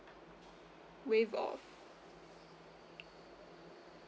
waived off